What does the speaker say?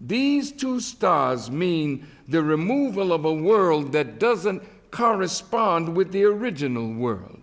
these two stars mean the removal of a world that doesn't correspond with the original world